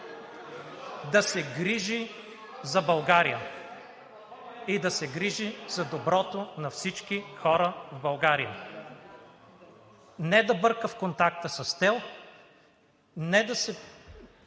да се грижи за България и да се грижи за доброто на всички хора в България. Не да бърка в контакта с тел, не да се